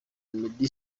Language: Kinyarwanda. meddy